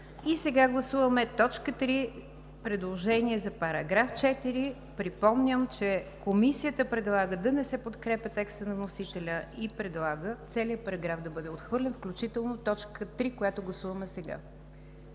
ще гласуваме т. 3 – предложение за § 4. Припомням, че Комисията предлага да не се подкрепя текстът на вносителя и целият параграф да бъде отхвърлен, включително т. 3, която гласуваме сега